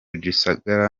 gisagara